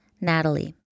Natalie